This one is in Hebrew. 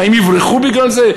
מה, הם יברחו בגלל זה?